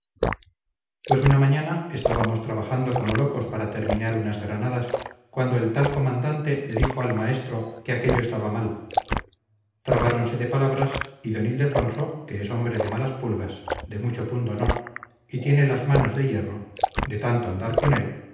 pues una mañana estábamos trabajando como locos para terminar unas granadas cuando el tal comandante le dijo al maestro que aquello estaba mal trabáronse de palabras y d ildefonso que es hombre de malas pulgas de mucho pundonor y tiene las manos de hierro de tanto andar con él